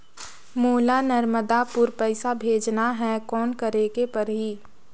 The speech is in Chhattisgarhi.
मोला नर्मदापुर पइसा भेजना हैं, कौन करेके परही?